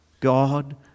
God